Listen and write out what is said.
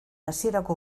hasierako